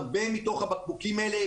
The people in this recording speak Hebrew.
הרבה מתוך הבקבוקים האלה,